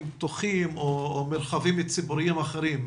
פתוחים או מרחבים ציבוריים אחרים,